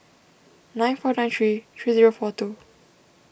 nine four nine three three zero four two